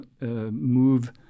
move